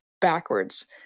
backwards